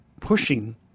pushing